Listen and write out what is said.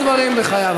חובת לימודי ליבה),